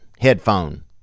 Headphone